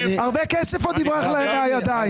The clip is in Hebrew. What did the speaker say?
הרבה כסף יברח להם מהידיים.